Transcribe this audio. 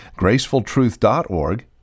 gracefultruth.org